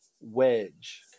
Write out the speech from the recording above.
Wedge